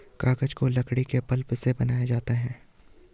कागज को लकड़ी के पल्प से बनाया जाता है